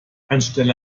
anstelle